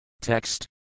Text